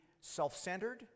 self-centered